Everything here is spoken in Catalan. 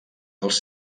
els